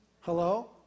Hello